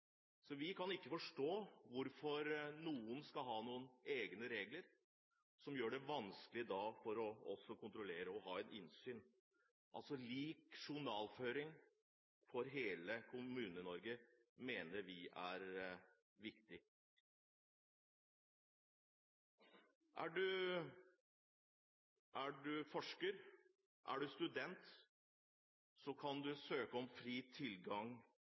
Vi kan ikke forstå hvorfor noen skal ha egne regler som gjør det vanskelig for oss å kontrollere og ha innsyn. Lik journalføring for hele Kommune-Norge mener vi er viktig. Er du forsker, er du student, kan du søke om fri tilgang